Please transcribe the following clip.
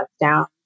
down